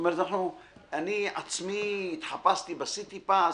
אני עצמי התחפשתי בסיטי פס,